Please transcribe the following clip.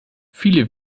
viele